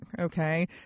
Okay